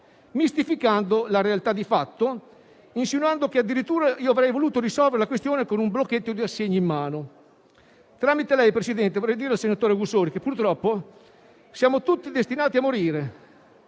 mistificando la realtà di fatto, insinuando che addirittura avrei voluto risolvere la questione con un blocchetto di assegni in mano. Per suo tramite, Presidente, vorrei dire al senatore Augussori che, purtroppo, siamo tutti destinati a morire;